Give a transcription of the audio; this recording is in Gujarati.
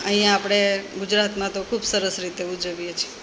અહિયાં આપણે ગુજરાતમાં તો ખૂબ સરસ રીતે ઉજવીએ છીએ